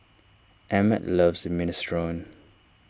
Emmet loves Minestrone